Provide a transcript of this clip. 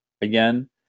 again